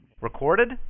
Recorded